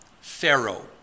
Pharaoh